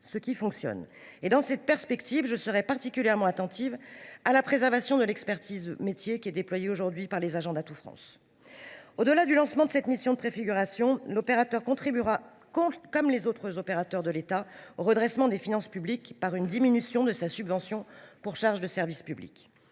ce qui fonctionne. Absolument ! Dans cette perspective, je serai particulièrement attentive à la préservation de l’expertise métier qui est aujourd’hui déployée par les agents d’Atout France. Au delà du lancement de cette mission de préfiguration, l’opérateur contribuera, comme les autres opérateurs de l’État, au redressement des finances publiques par une diminution de sa subvention pour charges de service public.